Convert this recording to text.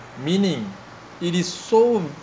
meaning it is so